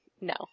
no